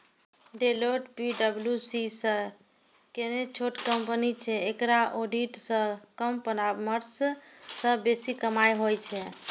Deloitte पी.डब्ल्यू.सी सं कने छोट कंपनी छै, एकरा ऑडिट सं कम परामर्श सं बेसी कमाइ होइ छै